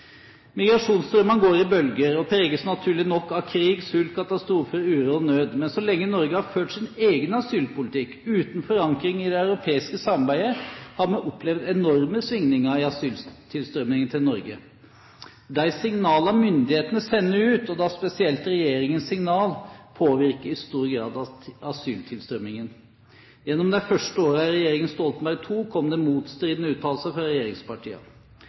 Migrasjonsstrømmene går i bølger og preges naturlig nok av krig, sult katastrofer, uro og nød. Men så lenge Norge har ført sin egen asylpolitikk uten forankring i det europeiske samarbeidet, har vi opplevd enorme svingninger i asyltilstrømmingen til Norge. De signalene myndighetene sender ut, og da spesielt regjeringens signaler, påvirker i stor grad asyltilstrømmingen. Gjennom de første årene i regjeringen Stoltenberg II kom det motstridende uttalelser fra